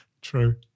True